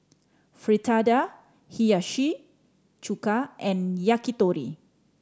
Fritada Hiyashi Chuka and Yakitori